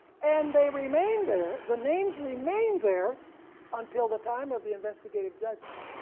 and they remain there, the names remain there until the time of the investigative judgment.